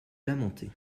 lamentait